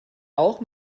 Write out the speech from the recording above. auch